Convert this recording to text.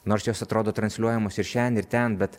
nors jos atrodo transliuojamos ir šen ir ten bet